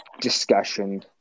discussion